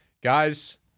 Guys